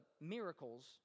miracles